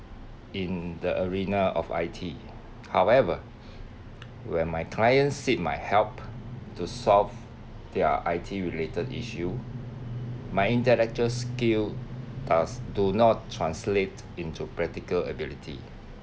in the arena of I_T however when my clients seek my help to solve their I_T related issue my intellectual skill does do not translate into practical ability